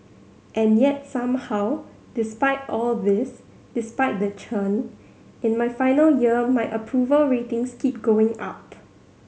and yet somehow despite all this despite the churn in my final year my approval ratings keep going up